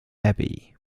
abbey